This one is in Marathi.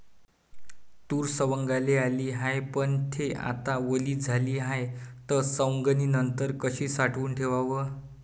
तूर सवंगाले आली हाये, पन थे आता वली झाली हाये, त सवंगनीनंतर कशी साठवून ठेवाव?